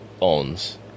owns